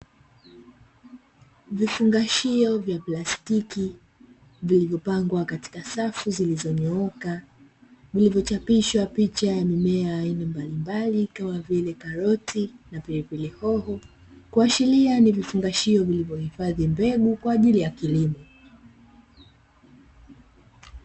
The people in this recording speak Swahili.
Vifungashio vya plastiki vilivyopangwa katika safu zilizonyooka vilivyo chapishwa picha ya mimea aina mbalimbali kama vile karoti na pilipili hoho, kuashiria ni vifungashio vya vilivyohifadhi mbegu kwaajili ya kilimo.